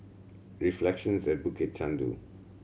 Reflections at Bukit Chandu